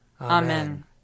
Amen